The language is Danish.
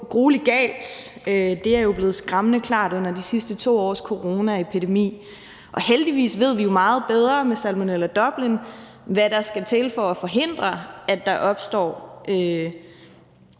gruelig galt. Det er blevet skræmmende klart under de sidste 2 års coronaepidemi. Heldigvis ved vi jo meget bedre, når det gælder Salmonella Dublin, hvad der skal til for at forhindre, at der opstår